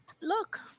look